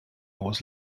was